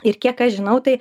ir kiek aš žinau tai